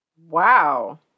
Wow